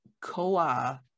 koa